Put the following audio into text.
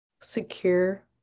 secure